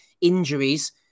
injuries